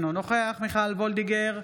אינו נוכח מיכל מרים וולדיגר,